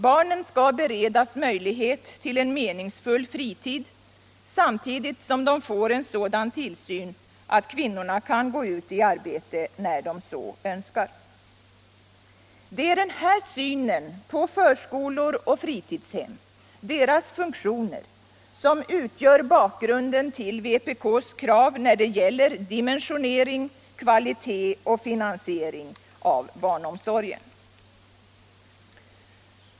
Barnen skall beredas möjlighet till en meningsfull fritid samtidigt som de får en sådan tillsyn att kvinnorna kan gå ut i arbete när de så önskar. Barnomsorgen Barnomsorgen Det är den här synen på förskolor och fritidshem och på deras funktioner som utgör bakgrunden till vpk:s krav när det gäller dimensionering. kvalitet och finansiering av barnomsorgen.